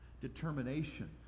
determination